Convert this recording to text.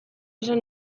esan